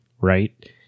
right